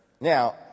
Now